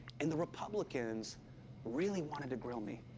and the republicans really wanted to grill me.